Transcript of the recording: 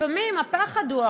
לפעמים הפחד הוא,